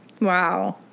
wow